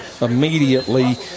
immediately